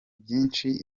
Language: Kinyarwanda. byinshi